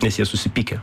nes jie susipykę